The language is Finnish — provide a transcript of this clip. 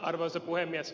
arvoisa puhemies